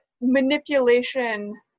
manipulation